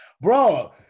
Bro